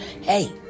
Hey